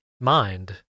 mind